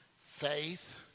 faith